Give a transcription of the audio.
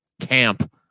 camp